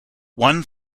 one